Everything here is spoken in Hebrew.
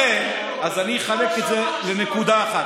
לכן אני אחלק את זה לנקודה אחת.